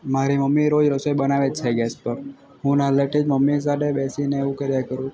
મારી મમ્મી રોજ રસોઈ બનાવે જ છે ગેસ પર હું મમ્મી સાથે બેસીને એવું કર્યા કરું